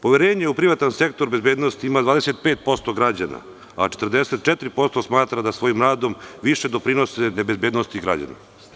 Poverenje u privatan sektor bezbednosti ima 25% građana, a 44% smatra da svojim radom više doprinose nebezbednosti građana.